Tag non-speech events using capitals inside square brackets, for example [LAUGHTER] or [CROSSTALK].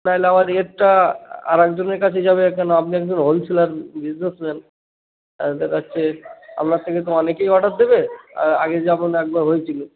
তাহলে আবার এরটা আরেকজনের কাছে যাবে কেন আপনি একজন হোলসেলার বিজনেসম্যান [UNINTELLIGIBLE] কাছে আপনার থেকে তো অনেকেই অর্ডার দেবে আর আগে যেমন একবার হয়েছিলো